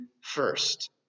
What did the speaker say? first